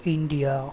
India